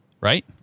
right